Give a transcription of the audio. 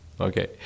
Okay